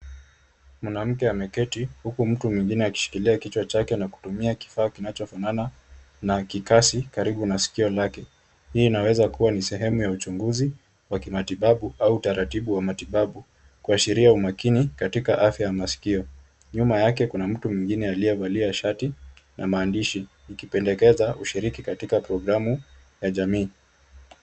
Mwanamke ameketi huku mtu mwingine akishikilia kichwa chake na kutumia kifaa kinachofanana na kikasi karibu na sikio lake. Hii inaweza kuwa ni sehemu ya uchunguzi wa kimatibabu au utaratibu wa matibabu kuashiria umakini katika afya ya maskio. Nyuma yake kuna mtu mwingine aliyevalia shati na maandishi ikipendekeza ushiriki katika programu ya jamii.